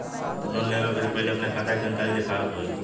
Loan लेवे से पहिले अपने खाता के जानकारी दिखावे के होई?